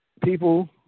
people